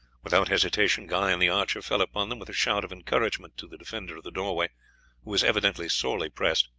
without hesitation guy and the archer fell upon them, with a shout of encouragement to the defender of the doorway, who was evidently sorely pressed.